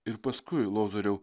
ir paskui lozoriau